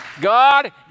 God